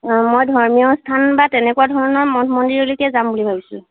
মই ধৰ্মীয় স্থান বা তেনেকুৱা ধৰণৰ মঠ মন্দিৰলৈকে যাম বুলি ভাবিছোঁ